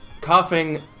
coughing